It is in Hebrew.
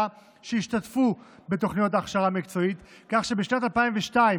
שהשתתפו בתוכניות ההכשרה המקצועית כך שבשנת 2002,